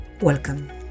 Welcome